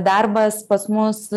darbas pas mus